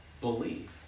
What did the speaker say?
Believe